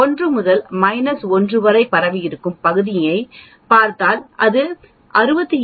1 முதல் 1 வரை பரவியிருக்கும் பகுதியைப் பார்த்தால் அது 68